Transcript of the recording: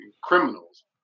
criminals